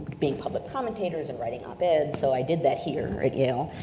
being public commentators and writing op-eds, so i did that here at yale,